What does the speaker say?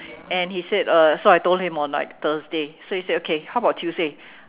and he said uh so I told him on like Thursday so he said okay how about Tuesday